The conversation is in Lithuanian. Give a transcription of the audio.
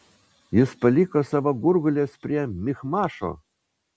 jis paliko savo gurguoles prie michmašo